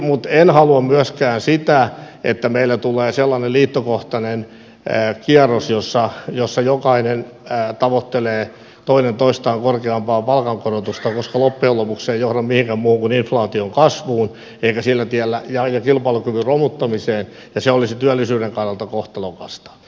mutta en halua myöskään sitä että meillä tulee sellainen liittokohtainen kierros jossa jokainen tavoittelee toinen toistaan korkeampaa palkankorotusta koska loppujen lopuksi se ei johda mihinkään muuhun kuin inflaation kasvuun ja kilpailukyvyn romuttamiseen ja se olisi työllisyyden kannalta kohtalokasta